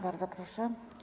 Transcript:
Bardzo proszę.